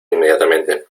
inmediatamente